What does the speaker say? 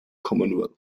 commonwealth